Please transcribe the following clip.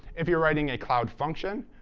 if you're writing a cloud function,